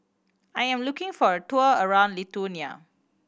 I am looking for a tour around Lithuania